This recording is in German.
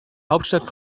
hauptstadt